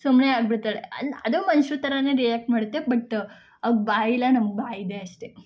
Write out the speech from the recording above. ಸುಮ್ಮನೆ ಆಗಿ ಬಿಡ್ತಾಳೆ ಅದೂ ಮನುಷ್ರು ಥರನೇ ರಿಯಾಕ್ಟ್ ಮಾಡುತ್ತೆ ಬಟ್ ಅವ್ಕೆ ಬಾಯಿ ಇಲ್ಲ ನಮ್ಗೆ ಬಾಯಿ ಇದೆ ಅಷ್ಟೆ